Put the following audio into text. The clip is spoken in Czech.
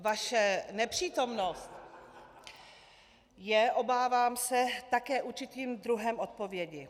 Vaše nepřítomnost je, obávám se, také určitým druhem odpovědi.